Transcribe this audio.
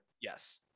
yes